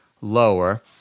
lower